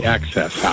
Access